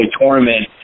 tournament